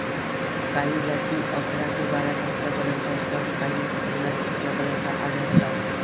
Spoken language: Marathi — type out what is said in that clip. काही जाती अकरा ते बारा टक्क्यांपर्यंत तर काही पन्नास टक्क्यांपर्यंत आढळतात